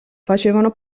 facevano